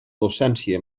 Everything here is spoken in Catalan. docència